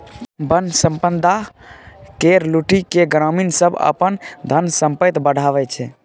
बन संपदा केर लुटि केँ ग्रामीण सब अपन धन संपैत बढ़ाबै छै